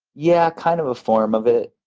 yeah, kind of a form of it.